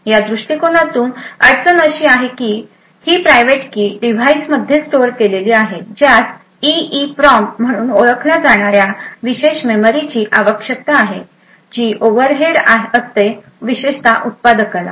या दृष्टिकोनातून अडचण अशी आहे की ही प्रायव्हेट की डिव्हाइसमध्ये स्टोअर केलेली आहे ज्यास EEPROM म्हणून ओळखल्या जाणार्या विशेष मेमरीची आवश्यकता आहे जी ओव्हर हेड असते विशेषत उत्पादकाला